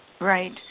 Right